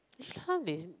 actually how they